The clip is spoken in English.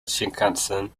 shinkansen